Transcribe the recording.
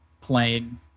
plane